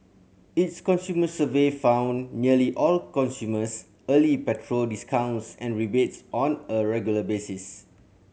its consumer survey found nearly all consumers early petrol discounts and rebates on a regular basis